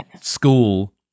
School